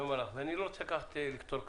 אני לא רוצה לקשור כתרים,